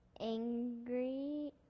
angry